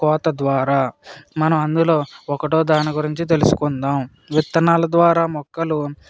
కోత ద్వారా మనం అందులో ఒకటో దాని గురించి తెలుసుకుందాం విత్తనాల ద్వారా మొక్కలు